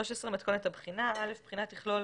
מתכונת הבחינה בחינה תכלול